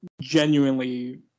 genuinely